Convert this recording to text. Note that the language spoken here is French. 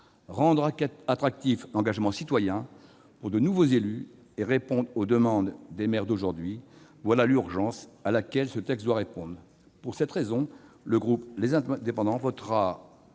Rendre l'engagement citoyen attractif pour de nouveaux élus et répondre aux demandes des maires d'aujourd'hui : voilà l'urgence à laquelle ce texte doit répondre. Pour cette raison, le groupe Les Indépendants votera